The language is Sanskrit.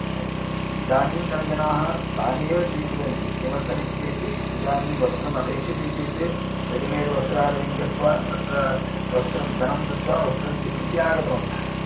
इदानीन्तनजनाः तानेव स्वीकुर्वन्ति किमर्थमिति चेत् इदानीं वस्त्रम् अपेक्षते चेत् रेडिमेड् वस्त्रालयं गत्वा तत्र धनं दत्वा वस्त्रं स्वीकृत्य आगतवन्तः